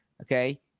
okay